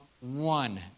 one